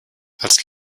als